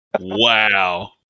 Wow